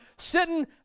sitting